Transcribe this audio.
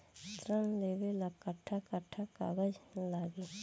ऋण लेवेला कट्ठा कट्ठा कागज लागी?